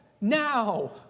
Now